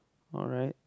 all right